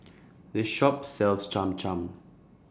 The Shop sells Cham Cham